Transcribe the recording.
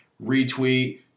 retweet